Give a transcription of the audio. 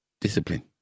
discipline